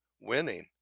winning